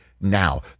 Now